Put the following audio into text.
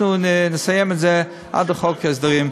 אנחנו נסיים את זה עד חוק ההסדרים.